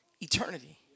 eternity